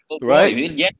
right